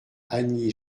annie